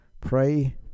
Pray